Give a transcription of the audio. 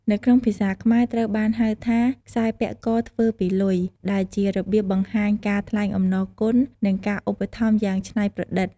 នៅក្នុងភាសាខ្មែរ ត្រូវបានហៅថា "ខ្សែពាក់កធ្វើពីលុយ" ដែលជារបៀបបង្ហាញការថ្លែងអំណរគុណនិងការឧបត្ថម្ភយ៉ាងច្នៃប្រឌិត។